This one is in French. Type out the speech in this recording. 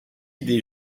des